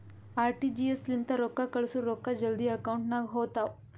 RTGS ಲಿಂತ ರೊಕ್ಕಾ ಕಳ್ಸುರ್ ರೊಕ್ಕಾ ಜಲ್ದಿ ಅಕೌಂಟ್ ನಾಗ್ ಹೋತಾವ್